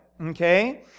Okay